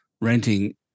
renting